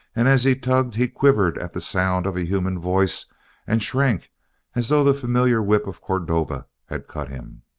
and as he tugged he quivered at the sound of a human voice and shrank as though the familiar whip of cordova had cut him.